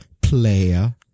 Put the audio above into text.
Player